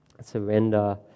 Surrender